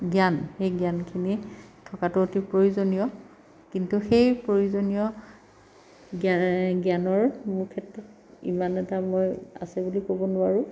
জ্ঞান সেই জ্ঞানখিনি থকাতো অতি প্ৰয়োজনীয় কিন্তু সেই প্ৰয়োজনীয় জ্ঞানৰ মোৰ ক্ষেত্ৰত ইমান এটা মই আছে বুলি ক'ব নোৱাৰোঁ